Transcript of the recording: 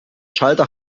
schalter